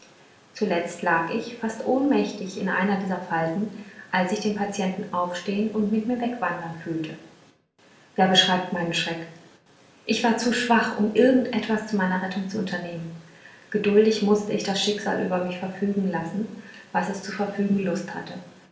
zuletzt lag ich fast ohnmächtig in einer dieser falten als ich den patienten aufstehen und mit mir wegwandern fühlte wer beschreibt meinen schreck ich war zu schwach um irgend etwas zu meiner rettung zu unternehmen geduldig mußte ich das schicksal über mich verfügen lassen was es zu verfügen lust hatte